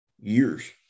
years